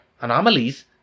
anomalies